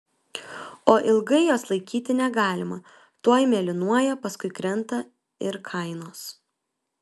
o ilgai jos laikyti negalima tuoj mėlynuoja paskui krenta ir kainos